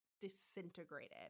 disintegrated